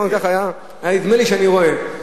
היה נדמה לי שאני רואה.